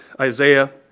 Isaiah